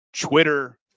Twitter